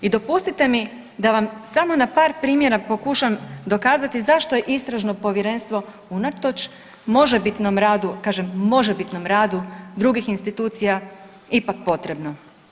I dopustite mi da vam samo na par primjera pokušam dokazati zašto je Istražno povjerenstvo unatoč možebitnom radu kažem možebitnom radu drugih institucija ipak potrebno.